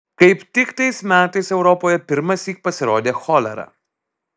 kaip tik tais metais europoje pirmąsyk pasirodė cholera